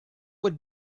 would